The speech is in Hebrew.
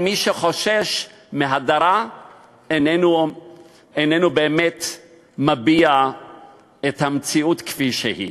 מי שחושש מהדרה איננו מביע באמת את המציאות כפי שהיא,